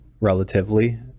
relatively